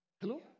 Hello